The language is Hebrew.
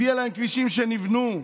הביאה להם כבישים שנבנו,